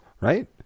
Right